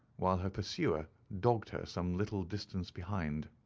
while her pursuer dogged her some little distance behind.